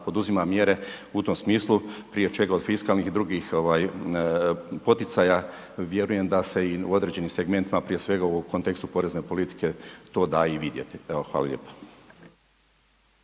poduzima mjere u tom smislu prije čega od fiskalnih i drugih ovaj poticaja, vjerujem da se i u određenim segmentima prije svega u kontekstu porezne politike to da i vidjeti. Evo, hvala lijepa.